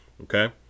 Okay